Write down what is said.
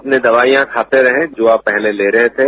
अपनी दबाइयां खाते रहें जो आप पहले ले रहे थे